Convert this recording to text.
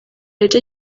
ibyo